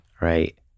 Right